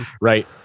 right